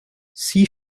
six